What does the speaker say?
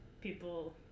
people